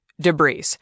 debris